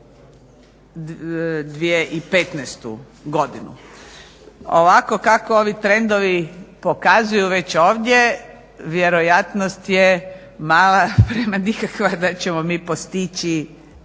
za 2015. godinu. Ovako kako ovi trendovi pokazuju već ovdje vjerojatnost je mala prema nikakva da ćemo mi postići